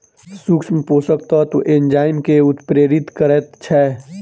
सूक्ष्म पोषक तत्व एंजाइम के उत्प्रेरित करैत छै